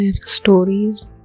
stories